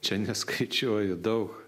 čia neskaičiuoju daug